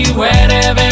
wherever